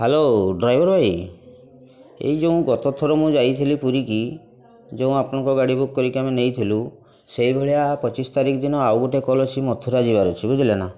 hello driver ଭାଇ ଏଇ ଯେଉଁ ଗତଥର ମୁଁ ଯାଇଥିଲି ପୁରୀକୁ ଯେଉଁ ଆପଣଙ୍କ ଗାଡ଼ି ବୁକ୍ କରିକି ଆମେ ନେଇଥିଲୁ ସେହିଭଳିଆ ପଚିଶ ତାରିଖ ଦିନ ଆଉ ଗୋଟିଏ କଲ୍ ଅଛି ମଥୁରା ଯିବାର ଅଛି ବୁଝିଲେନା